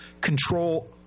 control